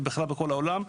אלא בכלל בכל העולם,